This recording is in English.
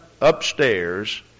upstairs